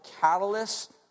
catalyst